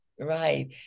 Right